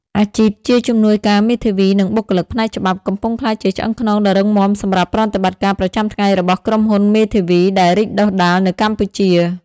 អាជីពជាជំនួយការមេធាវី និងបុគ្គលិកផ្នែកច្បាប់ កំពុងក្លាយជាឆ្អឹងខ្នងដ៏រឹងមាំសម្រាប់ប្រតិបត្តិការប្រចាំថ្ងៃរបស់ក្រុមហ៊ុនមេធាវីដែលរីកដុះដាលនៅកម្ពុជា។